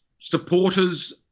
supporters